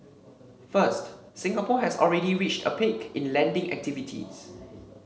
first Singapore has already reached a peak in lending activities